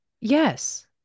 Yes